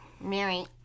Mary